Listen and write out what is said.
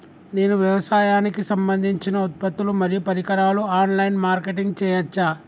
నేను వ్యవసాయానికి సంబంధించిన ఉత్పత్తులు మరియు పరికరాలు ఆన్ లైన్ మార్కెటింగ్ చేయచ్చా?